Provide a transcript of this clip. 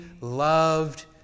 loved